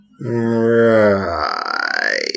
Right